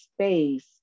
space